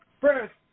first